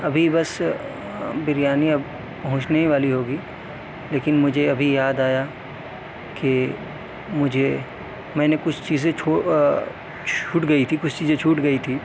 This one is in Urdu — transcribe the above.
ابھی بس بریانی اب پہنچنے ہی والی ہوگی لیکن مجھے ابھی یاد آیا کہ مجھے میں نے کچھ چیزیں چھوٹ گئی تھیں کچھ چیزیں چھوٹ گئی تھیں